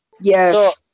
yes